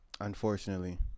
Unfortunately